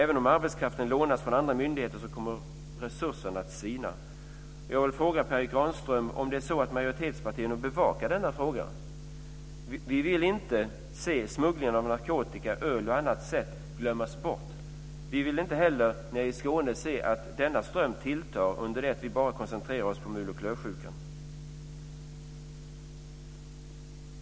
Även om arbetskraft lånas från andra myndigheter kommer resurserna att sina. Jag vill fråga Per Erik Granström om det är så att majoritetspartierna bevakar denna fråga.